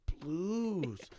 blues